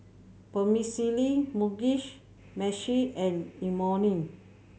Vermicelli Mugi Meshi and Imoni